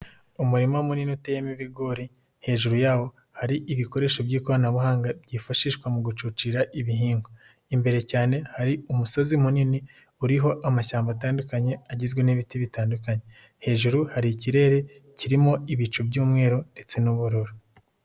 Umurima munini uterimo ibigori hejuru yawo hari ibikoresho by'ikoranabuhanga byifashishwa mu gucucira ibihingwa. Imbere cyane hari umusozi munini uriho amashyamba atandukanye agizwe n'ibiti bitandukanye. Hejuru hari ikirere kirimo ibicu by'umweru ndetse n'ubururu.